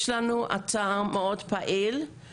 יש לנו אתר מאוד פעיל,